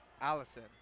Allison